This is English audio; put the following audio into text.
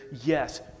Yes